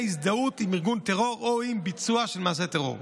הזדהות עם ארגון טרור או עם ביצוע מעשה טרור.